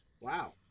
Wow